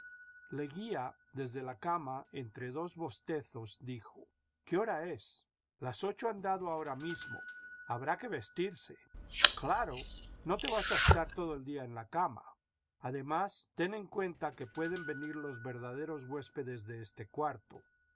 leguía desde la cama entre dos bostezos dijo qué hora es las ocho han dado ahora mismo habrá que vestirse claro no te vas a estar todo el día en la cama además ten en cuenta que pueden venir los verdaderos huéspedes de este cuarto